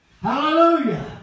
Hallelujah